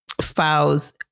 files